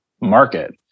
market